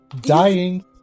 dying